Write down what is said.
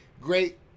Great